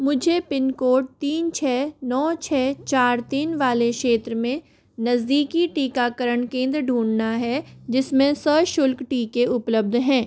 मुझे पिनकोड तीन छः नौ छः चार तीन वाले क्षेत्र में नज़दीकी टीकाकरण केंद्र ढूँढना है जिसमें सशुल्क टीके उपलब्ध हैं